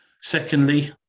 Secondly